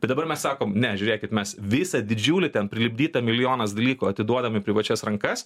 tai dabar mes sakom ne žiūrėkit mes visą didžiulį ten prilipdytą milijonas dalykų atiduodam į privačias rankas